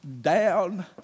down